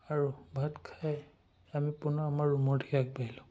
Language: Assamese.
আৰু ভাত খাই আমি পুনৰ আমাৰ ৰুমৰ দিশে আগবাঢ়িলোঁ